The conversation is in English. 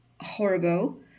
horrible